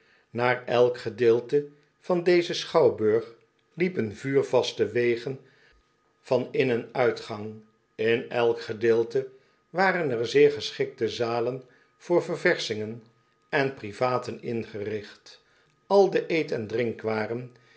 naar elk gedeelte van dezen schouwburg liepen vuurvaste wegen van in en uitgang in elk gedeelte waren er zeer geschikte zalen voor ververschingen en privaten ingericht al de eet en drinkwaren